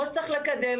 כמו שצריך לקדם,